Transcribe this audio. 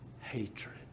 Hatred